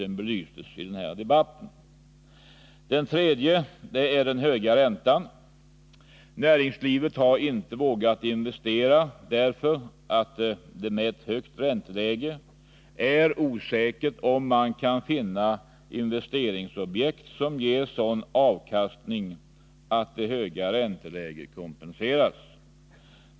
Det tredje är den höga räntan. Näringslivet har inte vågat investera därför att det med ett högt ränteläge är osäkert om man kan finna investeringsobjekt som ger sådan avkastning att det höga ränteläget kompenseras.